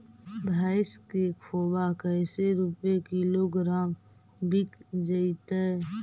भैस के खोबा कैसे रूपये किलोग्राम बिक जइतै?